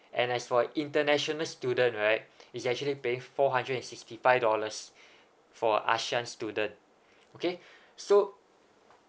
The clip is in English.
and as for international student right is actually pay four hundred and sixty five dollars for asean student okay so